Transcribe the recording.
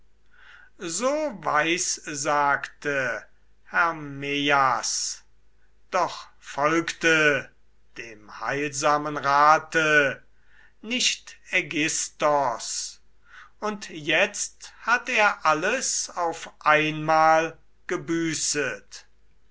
so weissagte hermeias doch folgte dem heilsamen rate nicht aigisthos und jetzt hat er alles auf einmal gebüßet